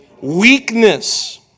Weakness